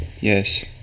Yes